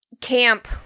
camp